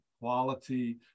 quality